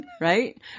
Right